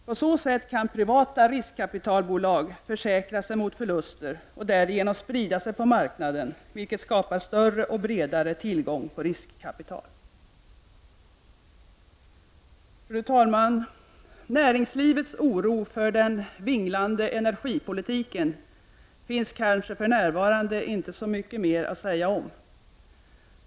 På så sätt kan privata riskkapitalbolag försäkra sig mot förluster och därigenom sprida sig på marknaden, vilket skapar större och bredare tillgång på riskkapital. Fru talman! Det finns kanske inte så mycket mer att säga för närvarande om näringslivets oro för den vinglande energipolitiken.